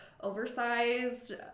oversized